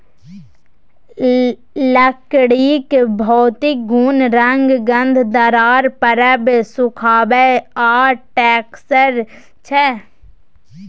लकड़ीक भौतिक गुण रंग, गंध, दरार परब, सुखाएब आ टैक्सचर छै